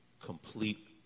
complete